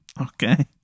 Okay